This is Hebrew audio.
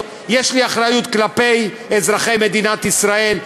יש לי אחריות כלפי אזרחי מדינת ישראל,